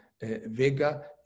Vega